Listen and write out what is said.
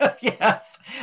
yes